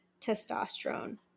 testosterone